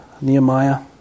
Nehemiah